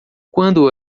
quando